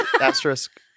asterisk